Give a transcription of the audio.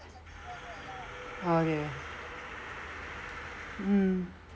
!aiya! mm